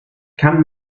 kann